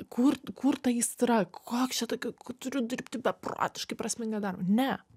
kur kur ta aistra koks čia tokiu turiu dirbti beprotiškai prasmingą darbą ne